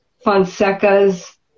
Fonseca's